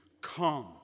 come